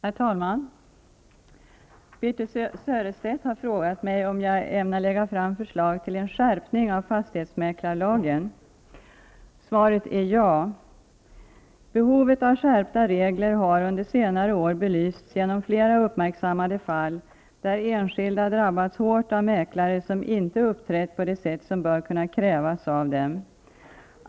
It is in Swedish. Herr talman! Birthe Sörestedt har frågat mig om jag ämnar lägga fram förslag till en skärpning av fastighetsmäklarlagen. Svaret är ja. Behovet av skärpta regler har under senare år belysts genom flera uppmärksammade fall, där enskilda drabbats hårt av mäklare som inte uppträtt på det sätt som bör kunna krävas av dem.